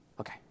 Okay